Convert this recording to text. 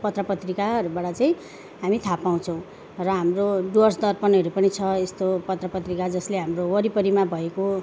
यो पत्रपत्रिकाहरूबाट चाहिँ हामी थाहा पाउँछौँ र हाम्रो डुवर्स दर्पणहरू पनि छ यस्तो पत्रपत्रिका जसले हाम्रो वरिपरिमा भएको